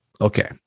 okay